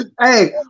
Hey